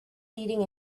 leading